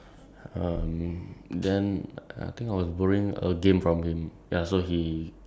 so ya that time I was asking my uh like I was borrowing something from my friend